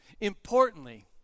Importantly